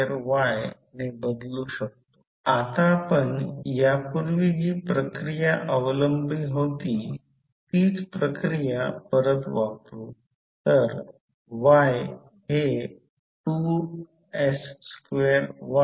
तर प्रत्यक्षात K ∅12 ∅1 किंवा K ∅21 ∅2 म्हणजे ∅2 हा टोटल फ्लक्स आणि ∅21 हे कॉइल 1 सोबतचे फ्लक्स लींकेज आहे